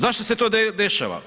Zašto se to dešava?